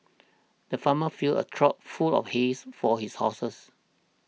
the farmer filled a trough full of his for his horses